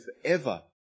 forever